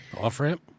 Off-ramp